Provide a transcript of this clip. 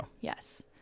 yes